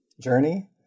journey